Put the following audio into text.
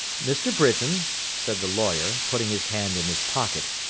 mr. britain said the lawyer, putting his hand in his pocket,